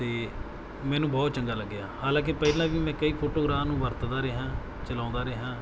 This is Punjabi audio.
ਅਤੇ ਮੈਨੂੰ ਬਹੁਤ ਚੰਗਾ ਲੱਗਿਆ ਹਾਲਾਂਕਿ ਪਹਿਲਾਂ ਵੀ ਮੈਂ ਕਈ ਫੋਟੋਗਰਾ ਨੂੰ ਵਰਤਦਾ ਰਿਹਾ ਚਲਾਉਂਦਾ ਰਿਹਾ